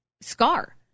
scar